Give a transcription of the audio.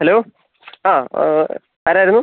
hello ആ ആരായിരുന്നു